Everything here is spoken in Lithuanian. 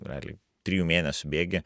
realiai trijų mėnesių bėgy